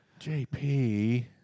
JP